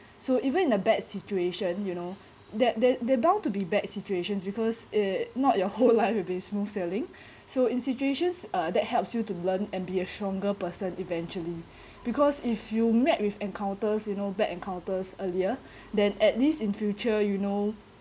so even in a bad situation you know that they're there're bound to be bad situations because eh not your whole life will be smooth sailing so in situations that helps you to learn and be a stronger person eventually because if you met with encounters you know bad encounters earlier than at least in future you know